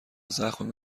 زخم